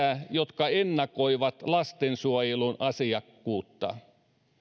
jotka ennakoivat lastensuojelun asiakkuutta